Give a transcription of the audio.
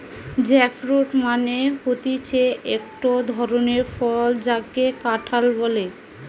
jackfruit মানে হতিছে একটো ধরণের ফল যাকে কাঁঠাল বলে